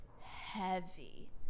heavy